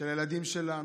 של הילדים שלנו,